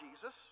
Jesus